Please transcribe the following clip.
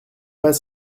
pas